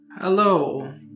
Hello